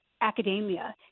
academia